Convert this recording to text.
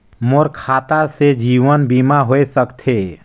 मोर खाता से जीवन बीमा होए सकथे?